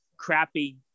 Crappy